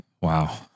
Wow